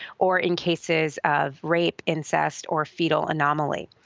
or in cases of rape, incest, or fetal anomaly.